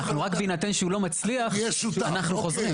אנחנו רק בהינתן שהוא לא מצליח, אנחנו חוזרים.